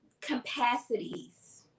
capacities